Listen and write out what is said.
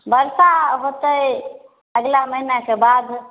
बरसा होतै अगिला महीनाके बाद